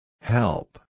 Help